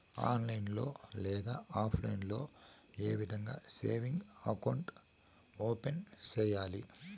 online లో లేదా offline లో ఏ విధంగా సేవింగ్ అకౌంట్ ఓపెన్ సేయాలి